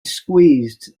squeezed